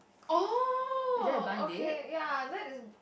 oh okay ya that is